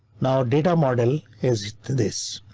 now data model is this.